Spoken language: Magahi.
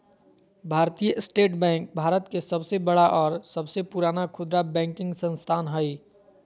भारतीय स्टेट बैंक भारत के सबसे बड़ा और सबसे पुराना खुदरा बैंकिंग संस्थान हइ